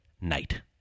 night